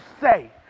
say